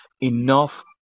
enough